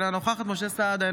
אינה נוכחת משה סעדה,